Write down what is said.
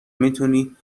میتونی